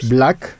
Black